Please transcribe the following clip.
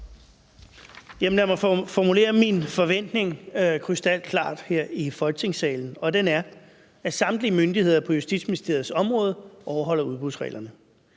Lad mig formulere min forventning krystalklart her i Folketingssalen. Den er, at samtlige myndigheder på Justitsministeriets område overholder udbudsreglerne.